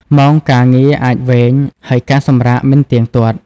ម៉ោងការងារអាចវែង ហើយការសម្រាកមិនទៀងទាត់។